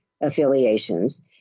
affiliations